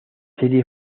serie